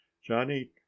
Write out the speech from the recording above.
Johnny